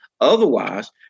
Otherwise